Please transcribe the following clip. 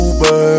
Uber